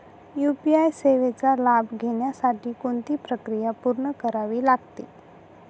UPI सेवेचा लाभ घेण्यासाठी कोणती प्रक्रिया पूर्ण करावी लागते?